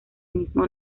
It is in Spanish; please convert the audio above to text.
mismo